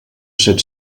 set